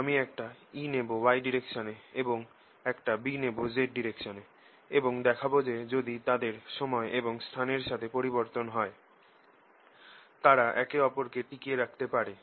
আমি একটা E নেব y ডাইরেকশনে এবং একটা B নেব z ডাইরেকশনে এবং দেখাবো যে যদি তাদের সময় এবং স্থানের সাথে পরিবর্তন হয় তারা একে অপরকে টিকিয়ে রাখতে পারে